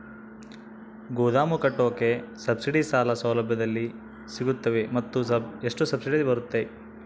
ಗೋದಾಮು ಕಟ್ಟೋಕೆ ಸಬ್ಸಿಡಿ ಸಾಲ ಸೌಲಭ್ಯ ಎಲ್ಲಿ ಸಿಗುತ್ತವೆ ಮತ್ತು ಎಷ್ಟು ಸಬ್ಸಿಡಿ ಬರುತ್ತೆ?